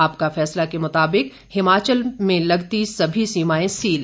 आपका फैसला के मुताबिक हिमाचल में लगती सभी सीमाएं सील